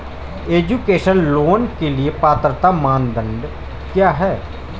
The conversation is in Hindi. एजुकेशन लोंन के लिए पात्रता मानदंड क्या है?